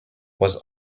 was